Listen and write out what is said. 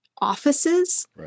offices